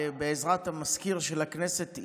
בעזרת המזכיר של הכנסת,